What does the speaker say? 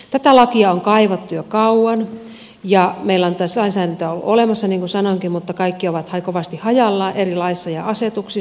tätä lakia on kaivattu jo kauan ja meillä on tässä lainsäädäntöä ollut olemassa niin kuin sanoinkin mutta kaikki on kovasti hajallaan eri laeissa ja asetuksissa